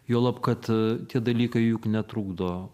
juolab kad tie dalykai juk netrukdo